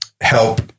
help